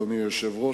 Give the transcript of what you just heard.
אדוני היושב-ראש,